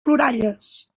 ploralles